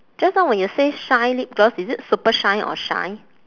just now when you say shine lip gloss is it super shine or shine